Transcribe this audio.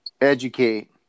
educate